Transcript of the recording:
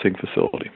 facility